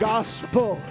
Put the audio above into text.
gospel